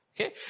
Okay